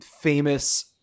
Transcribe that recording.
famous